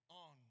on